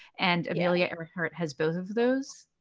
and amelia earhart has both of those.